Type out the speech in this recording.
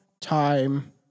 time